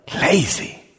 lazy